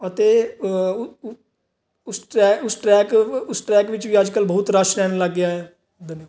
ਅਤੇ ਉਸ ਟਰੈ ਉਸ ਟਰੈਕ ਉਸ ਟਰੈਕ ਵਿੱਚ ਵੀ ਅੱਜ ਕੱਲ੍ਹ ਬਹੁਤ ਰਸ਼ ਰਹਿਣ ਲੱਗ ਗਿਆ ਹੈ ਧੰਨਵਾਦ